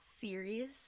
serious